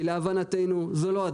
כי להבנתנו זאת לא הדרך.